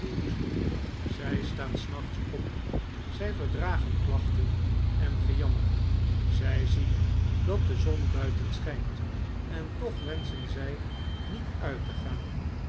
zij staan s nachts op zij verdragen klachten en gejammer zij zien dat de zon buiten schijnt en toch wenschen zij niet uit te gaan